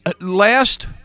last